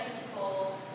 people